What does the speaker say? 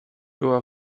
była